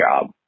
job